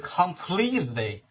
completely